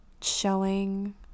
showing